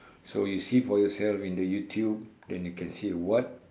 so you see for yourself in the YouTube then you can see what